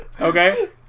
okay